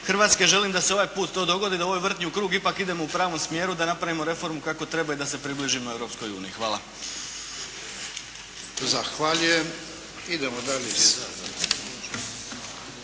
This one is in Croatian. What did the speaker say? Hrvatske želim da se ovaj put to dogodi da u ovoj vrtnji u krug ipak idemo u pravom smjeru da napravimo reformu kako treba i da se približimo Europskoj uniji. Hvala.